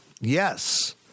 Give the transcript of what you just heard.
Yes